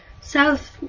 south